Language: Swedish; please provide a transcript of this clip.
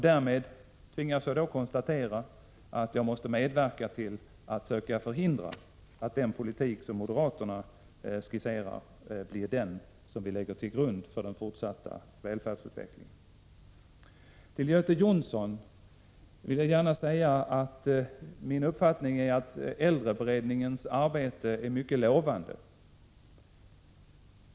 Därmed tvingas jag då konstatera att jag måste medverka till att söka förhindra att den politik som moderaterna skisserar blir den som vi lägger till grund för den fortsatta välfärdsutvecklingen. Till Göte Jonsson vill jag gärna säga att min uppfattning är att äldreberedningens arbete är mycket lovande.